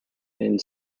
and